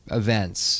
events